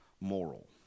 moral